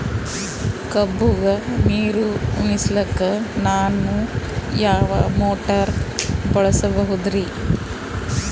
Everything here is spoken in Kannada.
ಕಬ್ಬುಗ ನೀರುಣಿಸಲಕ ನಾನು ಯಾವ ಮೋಟಾರ್ ಬಳಸಬಹುದರಿ?